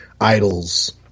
idols